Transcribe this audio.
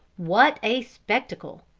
what a spectacle!